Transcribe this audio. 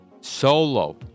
Solo